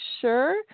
sure